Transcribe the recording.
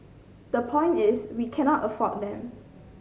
the point is we cannot afford them